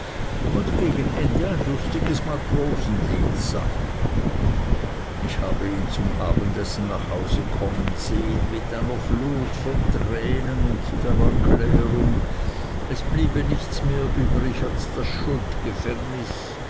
und gegen ende ein lustiges matrosenlied sang ich habe ihn zum abendessen nach hause kommen sehen mit einer flut von tränen und der erklärung es bliebe nichts mehr übrig als das